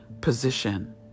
position